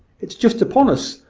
it is just upon us!